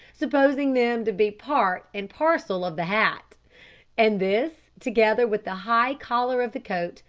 supposing them to be part and parcel of the hat and this, together with the high collar of the coat,